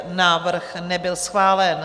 Návrh nebyl schválen.